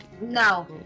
No